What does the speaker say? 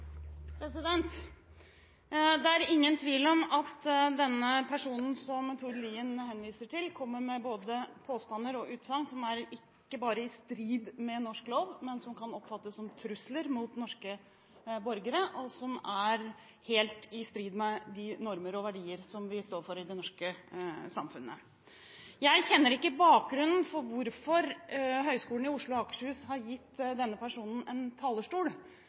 Det er ingen tvil om at denne personen som Tord Lien henviser til, kommer med både påstander og utsagn som ikke bare er i strid med norsk lov, men som kan oppfattes som trusler mot norske borgere, og som er helt i strid med de normer og verdier som vi står for i det norske samfunnet. Jeg kjenner ikke bakgrunnen for hvorfor Høgskolen i Oslo og Akershus har gitt denne personen en talerstol,